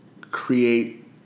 create